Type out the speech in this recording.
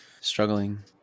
Struggling